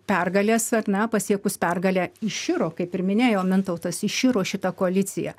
pergalės ar ne pasiekus pergalę iširo kaip ir minėjo mintautas iširo šita koalicija